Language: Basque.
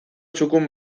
txukun